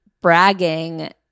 bragging